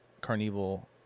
carnival